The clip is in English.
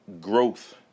growth